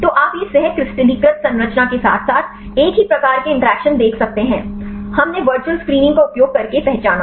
तो आप सह क्रिस्टलीकृत संरचना के साथ साथ एक ही प्रकार के इंटरैक्शन देख सकते हैं हमने वर्चुअल स्क्रीनिंग का उपयोग करके पहचाना